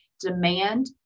Demand